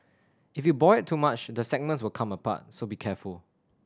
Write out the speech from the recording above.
if you boil it too much the segments will come apart so be careful